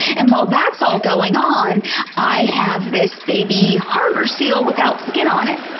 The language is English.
and while that's all going on i have this baby harbor seal without skin on it.